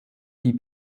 die